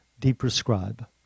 deprescribe